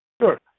Sure